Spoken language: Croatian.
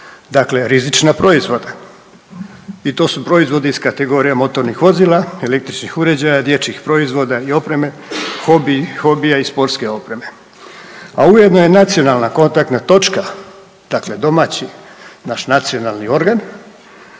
dakle, rizična proizvoda, i to su proizvodi iz kategorije motornih vozila, električnih uređaja, dječjih proizvoda i opreme, hobi i hobija i sportske opreme. A ujedno je nacionalna kontaktna točka dakle, domaći naš nacionalni organ